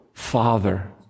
Father